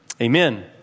amen